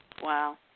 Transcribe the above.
Wow